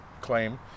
claim